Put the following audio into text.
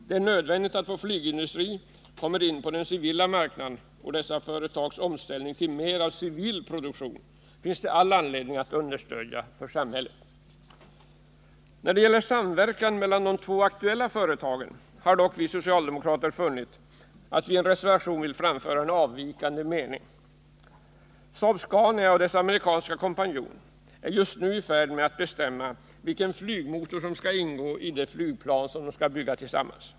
Det är nödvändigt att vår flygindustri kommer in på den civila marknaden, och dessa företags omställning till mer av civil produktion finns det all anledning för samhället att understödja. När det gäller samverkan mellan de två aktuella företagen har dock vi socialdemokrater funnit att vi i en reservation vill framföra en avvikande mening. Saab-Scania och dess amerikanska kompanjon är just nu i färd med att bestämma vilken flygmotor som skall ingå i det flygplan de skall bygga tillsammans.